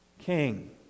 king